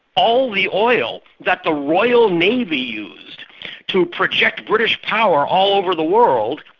all the oil that the royal navy used to project british power all over the world,